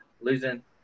losing